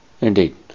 Indeed